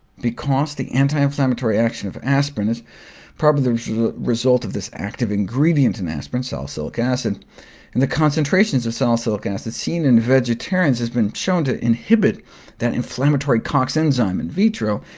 because the anti-inflammatory action of aspirin is probably the result of this active ingredient in aspirin, salicylic acid, and the concentrations of salicylic acid seen in vegetarians have been shown to inhibit that inflammatory cox enzyme in vitro,